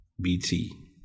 BT